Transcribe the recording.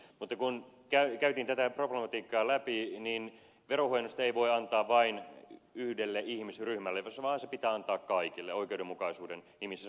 mutta kun käytiin tätä problematiikkaa läpi niin verohuojennusta ei voi antaa vain yhdelle ihmisryhmälle vaan se pitää antaa kaikille oikeudenmukaisuuden nimissä